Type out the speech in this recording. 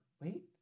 Wait